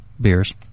beers